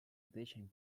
edition